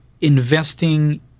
investing